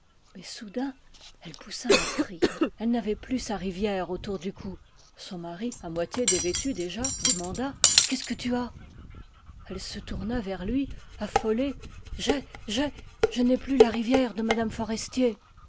mais soudain elle poussa un cri elle n'avait plus sa rivière autour du cou son mari à moitié dévêtu déjà demanda qu'est-ce que tu as elle se tourna vers lui aflpoiée j'ai j'ai je n'ai plus la rivière de m